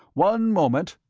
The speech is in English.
one moment.